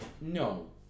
no